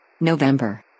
November